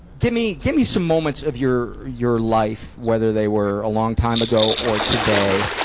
give me, give me some moments of your, your life, whether they were a long time ago or today,